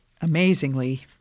amazingly